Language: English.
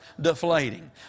deflating